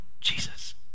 Jesus